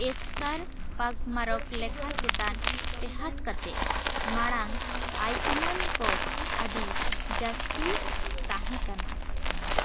ᱮᱥᱠᱟᱨ ᱯᱟᱜᱽᱢᱟᱨᱚᱠ ᱞᱮᱠᱷᱟ ᱪᱮᱛᱟᱱ ᱴᱮᱦᱟᱸᱰ ᱠᱟᱛᱮᱫ ᱢᱟᱲᱟᱝ ᱟᱭ ᱩᱢᱟᱹᱱ ᱠᱚ ᱟᱹᱰᱤ ᱡᱟᱹᱥᱛᱤ ᱛᱟᱦᱮᱸ ᱠᱟᱱᱟ